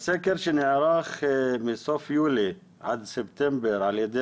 בסקר שנערך מסוף יולי עד ספטמבר על ידי